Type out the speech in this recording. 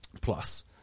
plus